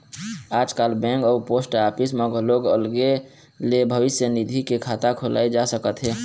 आजकाल बेंक अउ post office म घलोक अलगे ले भविस्य निधि के खाता खोलाए जा सकत हे